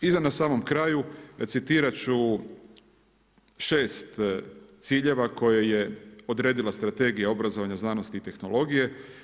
Iza na samo kraju citirati ću 6 ciljeva koje je odredila Strategija obrazovanja, znanosti i tehnologije.